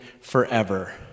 forever